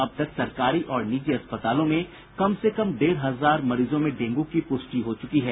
अब तक सरकारी और निजी अस्पतालों में कम से कम डेढ़ हजार मरीजों में डेंगू की पुष्टि हो चुकी है